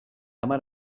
hamar